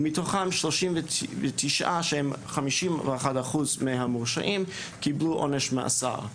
ומתוכם 39 שהם 51% מהמורשעים קיבלו עונש מאסר.